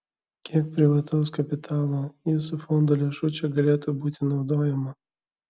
kiek privataus kapitalo jūsų fondo lėšų čia galėtų būti naudojama